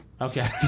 Okay